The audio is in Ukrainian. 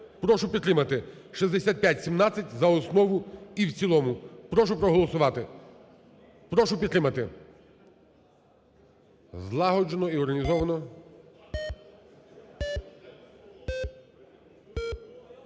Прошу підтримати 6517 за основу і в цілому, прошу проголосувати, прошу підтримати злагоджено і організовано.